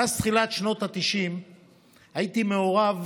מאז תחילת שנות התשעים הייתי מעורב